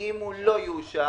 הם הוא לא יאושר,